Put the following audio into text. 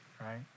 right